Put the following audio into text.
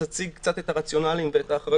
שתציג אצת את הרציונל ואת האחריות.